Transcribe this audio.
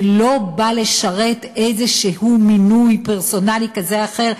הוא לא בא לשרת איזה מינוי פרסונלי כזה או אחר,